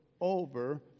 over